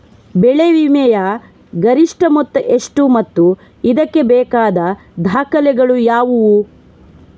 ಬೆಳೆ ವಿಮೆಯ ಗರಿಷ್ಠ ಮೊತ್ತ ಎಷ್ಟು ಮತ್ತು ಇದಕ್ಕೆ ಬೇಕಾದ ದಾಖಲೆಗಳು ಯಾವುವು?